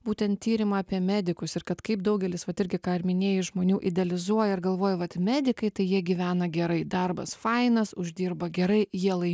būtent tyrimą apie medikus ir kad kaip daugelis vat irgi ką ir rminėjai žmonių idealizuoja ir galvoja vat medikai tai jie gyvena gerai darbas fainas uždirba gerai jie lai